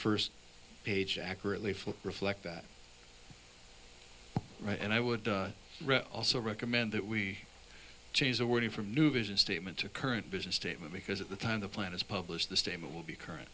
first page accurately reflect that right and i would also recommend that we change the wording from a new vision statement to current business statement because at the time the plan is published the statement will be current